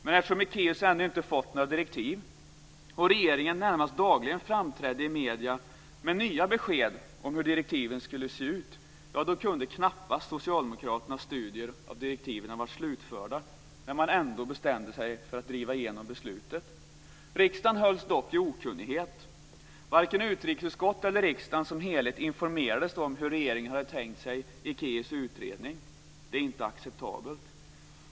Men eftersom Ekéus ännu inte hade fått några direktiv och regeringen närmast dagligen framträdde i medierna med nya besked om hur direktiven skulle se ut kunde socialdemokraternas studier av direktiven knappast ha varit slutförda när man ändå bestämde sig för att driva igenom beslutet. Riksdagen hölls i okunnighet. Varken utrikesutskottet eller riksdagen som helhet informerades om hur regeringen hade tänkt sig Ekéus utredning. Detta är inte acceptabelt.